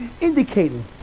Indicating